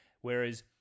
whereas